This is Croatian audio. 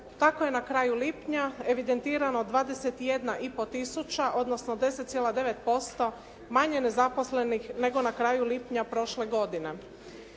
Tako je na kraju lipnja evidentirano 21 i po tisuća, odnosno 10,9% manje nezaposlenih nego na kraju lipnja prošle godine.